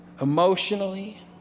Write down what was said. emotionally